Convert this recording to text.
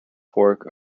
fork